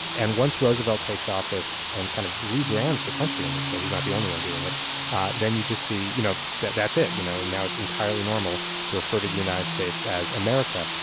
and once roosevelt takes office and kind of rebrands the country in this way he's not the only one doing it then you just see, you know, that that's it. you know, and now it's entirely normal to refer to the united states as america.